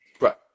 Right